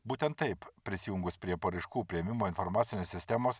būtent taip prisijungus prie paraiškų priėmimo informacinės sistemos